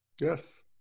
Yes